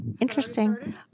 Interesting